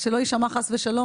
אז שלא יישמע חס ושלום